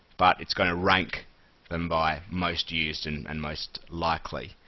but it's going to rank them by most used and and most likely.